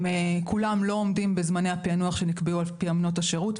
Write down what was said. הם כולם לא עומדים בזמני הפענוח שנקבעו על פי אמנות השירות,